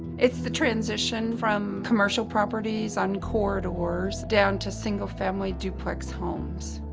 it's the transition from commercial properties on corridors down to single family duplex homes.